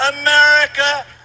America